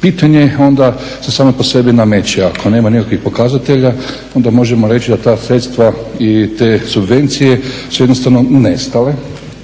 pitanje onda se samo po sebi nameće, ako nema nikakvih pokazatelja onda možemo reći da ta sredstva i te subvencije su jednostavno nestale,